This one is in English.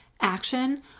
action